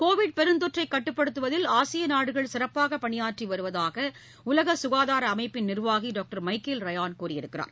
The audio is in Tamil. கோவிட் பெருந்தொற்றை கட்டுப்படுத்துவதில் ஆசிய நாடுகள் சிறப்பாக பணியாற்றி வருவதாக உலக சுகாதார அமைப்பின் நிர்வாகி டாக்டர் மைக்கேல் ரையான் கூறியுள்ளார்